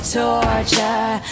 torture